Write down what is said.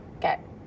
get